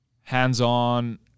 hands-on